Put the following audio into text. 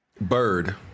Bird